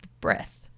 breath